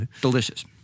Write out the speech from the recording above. delicious